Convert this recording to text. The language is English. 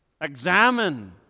Examine